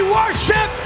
worship